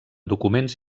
documents